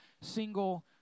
single